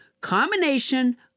combination